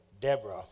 Deborah